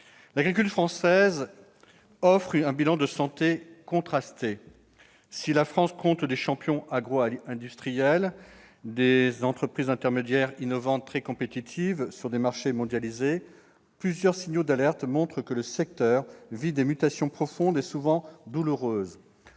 L'agriculture française présente un bilan de santé contrasté. Si la France compte des champions agro-industriels, des entreprises intermédiaires innovantes très compétitives sur des marchés mondialisés, plusieurs signaux d'alerte montrent que le secteur vit des mutations profondes et souvent douloureuses.